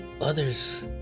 others